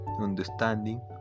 understanding